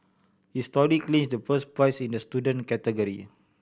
his story clinched the first prize in the student category